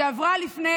חוק שחוצה קואליציה